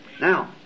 Now